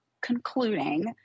concluding